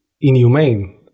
inhumane